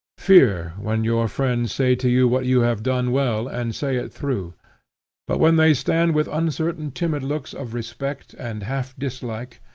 fear, when your friends say to you what you have done well, and say it through but when they stand with uncertain timid looks of respect and half-dislike,